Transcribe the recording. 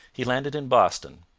he landed in boston,